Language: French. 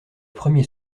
premier